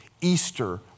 Easter